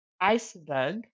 iceberg